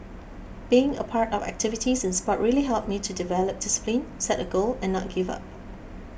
being a part of activities in sport really helped me to develop discipline set a goal and not give up